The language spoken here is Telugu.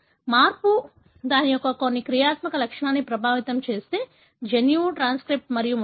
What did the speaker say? మార్పు దాని యొక్క కొన్ని క్రియాత్మక లక్షణాన్ని ప్రభావితం చేస్తే జన్యువు ట్రాన్స్క్రిప్ట్ మరియు మొదలైనవి